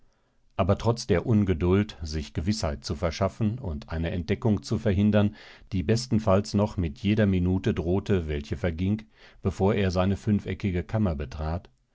aber trotz der ungeduld sich gewißheit zu verschaffen und eine entdeckung zu verhindern die bestenfalls noch mit jeder minute drohte welche verging bevor er seine fünfeckige kammer betrat